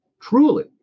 truly